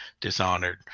dishonored